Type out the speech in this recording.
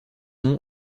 nom